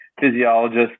physiologist